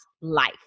life